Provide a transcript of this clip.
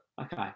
Okay